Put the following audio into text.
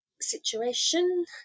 situation